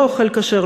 לא אוכל כשר,